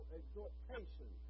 exhortation